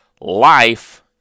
life